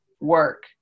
work